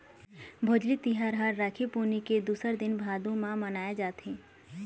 भोजली तिहार ह राखी पुन्नी के दूसर दिन भादो म मनाए जाथे